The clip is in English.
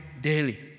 daily